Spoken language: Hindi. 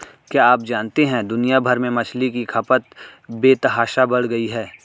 क्या आप जानते है दुनिया भर में मछली की खपत बेतहाशा बढ़ गयी है?